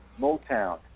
Motown